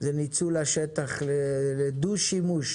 זה ניצול השטח לדו-שימוש,